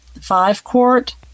five-quart